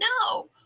No